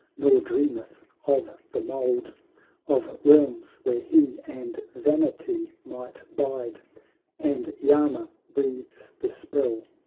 nor dreameth of the mould of realms where he and vanity might bide and yama breathes the spell,